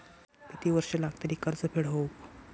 किती वर्षे लागतली कर्ज फेड होऊक?